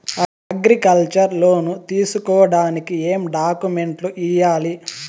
Agriculture loan తీసుకోడానికి ఏం డాక్యుమెంట్లు ఇయ్యాలి?